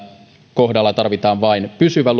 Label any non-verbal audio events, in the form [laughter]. kohdalla tarvitaan vain pysyvä [unintelligible]